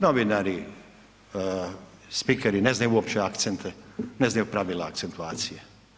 Novinari, spikeri, ne znaju uopće akcente, ne znaju pravila akcentuacije.